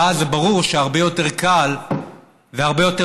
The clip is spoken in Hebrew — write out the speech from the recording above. ואז זה ברור שהרבה יותר קל והרבה יותר